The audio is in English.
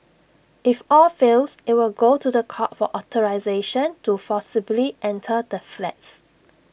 if all fails IT will go to The Court for authorisation to forcibly enter the flats